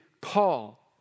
Paul